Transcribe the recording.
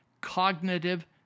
cognitive